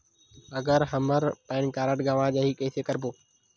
अगर हमर PAN card गवां जाही कइसे करबो?